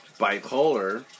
bipolar